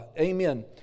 Amen